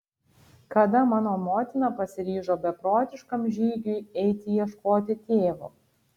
kada mano motina pasiryžo beprotiškam žygiui eiti ieškoti tėvo